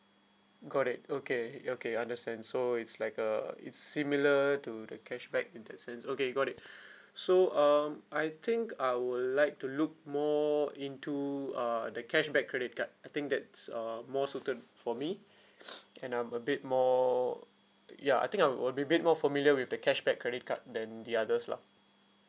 got it okay okay understand so it's like a it's similar to the cashback in that sense okay got it so um I think I would like to look more into uh the cashback credit card I think that's uh more suited for me and I'm a bit more ya I think I will be a bit more familiar with the cashback credit card than the others lah